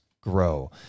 grow